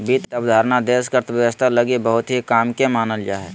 वित्त अवधारणा देश के अर्थव्यवस्था लगी बहुत ही काम के मानल जा हय